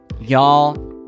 Y'all